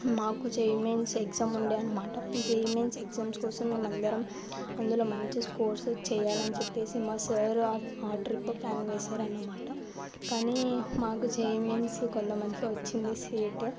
మాకు JEE mains exam ఉండే అన్నమాట జేఈఈ మెయిన్స్ ఎగ్జామ్స్ కోసం మేమందరం అందులో మంచి స్కోర్స్ చేయాలని చెప్పేసి మా సర్ ఆ ట్రిప్ ప్ల్యాన్ వేశారు అన్నమాట కానీ మాకు జేఈఈ మెయిన్స్ కొంతమందికే వచ్చింది సీటు